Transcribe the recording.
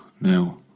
now